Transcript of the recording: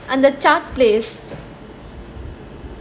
and the chat place